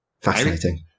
Fascinating